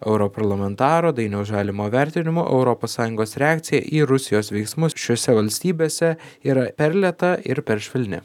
europarlamentaro dainiaus žalimo vertinimu europos sąjungos reakcija į rusijos veiksmus šiose valstybėse yra per lėta ir per švelni